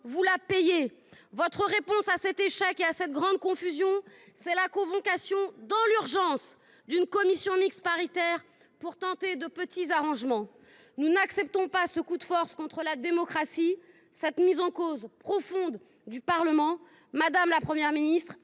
vous la payez. Votre réponse à cet échec et à cette grande confusion, c’est la convocation, en urgence, d’une commission mixte paritaire, pour tenter de petits arrangements. Nous n’acceptons pas ce coup de force contre la démocratie, cette mise en cause profonde du Parlement. Madame la Première ministre,